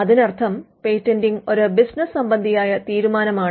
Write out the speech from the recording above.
അതിനർത്ഥം പേറ്റന്റിംഗ് ഒരു ബിസിനസ്സ് സംബന്ധിയായ തീരുമാനനമാണ്